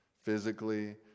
physically